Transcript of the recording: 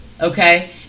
okay